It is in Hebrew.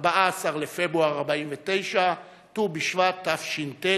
14 בפברואר 1949, ט"ו בשבט תש"ט,